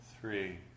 three